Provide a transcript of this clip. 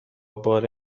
بار